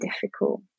difficult